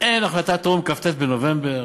אין החלטת האו"ם, כ"ט בנובמבר,